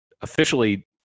officially